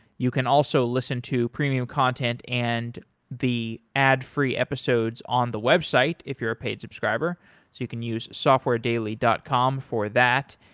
you can also listen to premium content and the ad free episodes on the website if you're a paid subscriber. so you can use softwaredaily dot com for that.